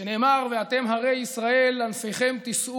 שנאמר 'ואתם הרי ישראל ענפכם תתנו